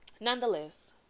Nonetheless